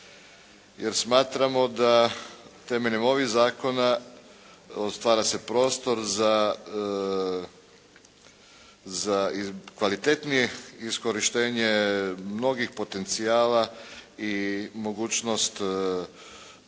jer smatramo da temeljem ovih zakona stvara se prostor za kvalitetnije iskorištenje mnogih potencijala i mogućnost jednog